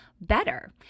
better